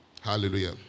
Hallelujah